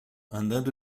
andando